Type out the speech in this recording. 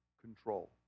control